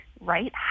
right